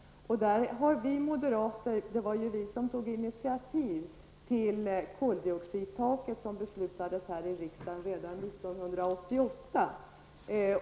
Det var ju vi moderater som tog initiativ till det koldioxidtak som beslutades här i riksdagen redan 1988.